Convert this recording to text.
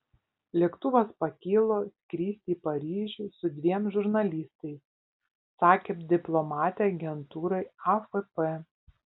lėktuvas pakilo skristi į paryžių su dviem žurnalistais sakė diplomatė agentūrai afp